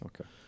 Okay